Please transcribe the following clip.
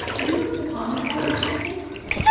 is looked upon as almost sacred,